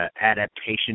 adaptation